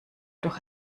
doch